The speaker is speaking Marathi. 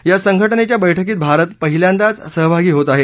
या संघटनेच्या बैठकीत भारत पहिल्यांदाच सहभागी होत आहे